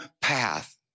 path